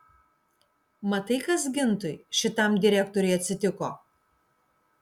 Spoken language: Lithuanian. matai kas gintui šitam direktoriui atsitiko